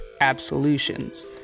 Absolutions